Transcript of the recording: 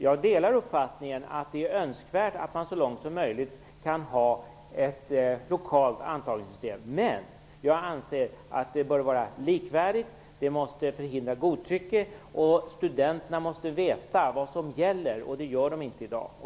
Jag delar uppfattningen att det är önskvärt att man så långt som möjligt kan ha ett lokalt antagningssystem. Men jag anser att det bör vara likvärdigt. Det måste förhindra godtycke. Studenterna måste veta vad som gäller, och det gör de inte i dag.